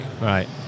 Right